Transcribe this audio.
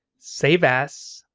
save as,